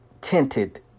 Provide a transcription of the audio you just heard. tinted